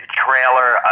trailer